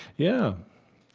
yeah.